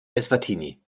eswatini